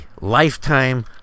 Lifetime